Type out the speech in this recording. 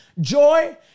Joy